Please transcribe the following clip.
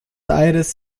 aires